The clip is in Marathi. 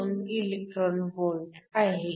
92 ev आहे